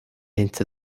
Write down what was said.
into